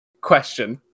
Question